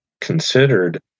considered